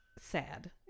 sad